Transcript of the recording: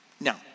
Now